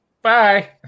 Bye